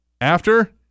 After-